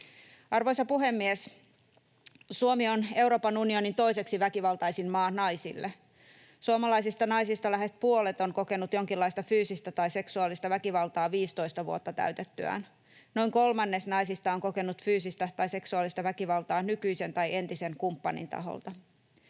Arvoisa puhemies! Suomi on Euroopan unionin toiseksi väkivaltaisin maa naisille. Suomalaisista naisista lähes puolet on kokenut jonkinlaista fyysistä tai seksuaalista väkivaltaa 15 vuotta täytettyään. Noin kolmannes naisista on kokenut fyysistä tai seksuaalista väkivaltaa nykyisen tai entisen kumppanin taholta.